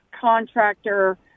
contractor